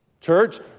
church